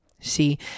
See